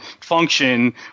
function